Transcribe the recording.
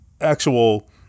actual